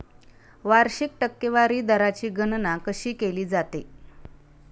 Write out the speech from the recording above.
वार्षिक टक्केवारी दराची गणना कशी केली जाते?